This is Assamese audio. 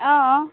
অঁ অঁ